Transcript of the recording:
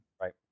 right